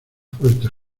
fuertes